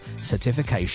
certification